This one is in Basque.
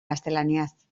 gaztelaniaz